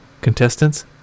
contestants